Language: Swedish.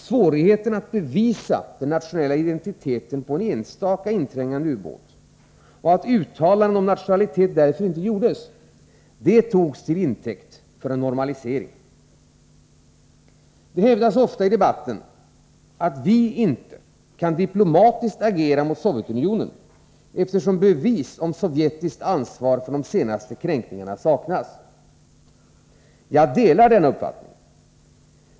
Svårigheterna att bevisa den nationella identiteten på en enstaka inträngande ubåt, och att uttalanden om nationalitet därför inte gjordes, togs till intäkt för en normalisering. Det hävdas ofta i debatten att vi inte kan diplomatiskt agera mot Sovjetunionen, eftersom bevis om sovjetiskt ansvar för de senaste kränkningarna saknas. Jag delar denna uppfattning.